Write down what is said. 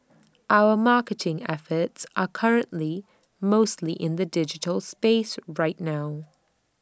our marketing efforts are currently mostly in the digital space right now